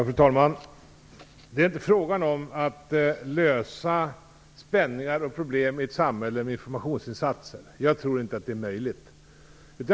Fru talman! Det är inte frågan om att lösa spänningar och problem i ett samhälle med informationsinsatser. Jag tror inte att det är möjligt.